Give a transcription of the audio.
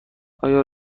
آیا